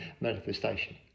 manifestation